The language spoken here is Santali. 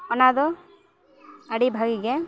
ᱚᱱᱟ ᱫᱚ ᱟᱹᱰᱤ ᱵᱷᱟᱹᱜᱤ ᱜᱮ